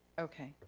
okay,